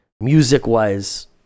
Music-wise